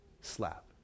Slap